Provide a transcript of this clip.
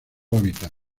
hábitat